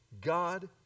God